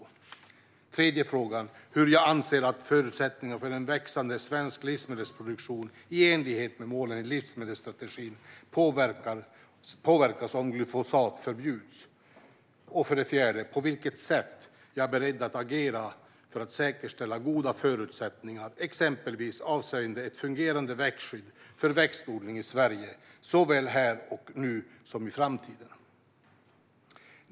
Hur anser ministern att förutsättningarna för en växande svensk livsmedelsproduktion, i enlighet med målen i livsmedelsstrategin, påverkas om glyfosat förbjuds? På vilket sätt är ministern beredd att agera för att säkerställa goda förutsättningar, exempelvis avseende ett fungerande växtskydd, för växtodling i Sverige - såväl här och nu som i framtiden?